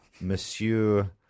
Monsieur